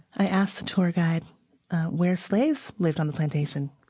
i asked the tour guide where slaves lived on the plantation.